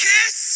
Kiss